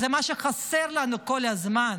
זה מה שחסר לנו כל הזמן,